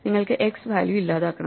നിങ്ങൾക്ക് x value ഇല്ലാതാക്കണം